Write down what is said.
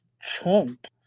Chunk